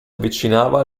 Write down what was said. avvicinava